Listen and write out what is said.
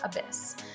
abyss